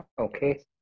Okay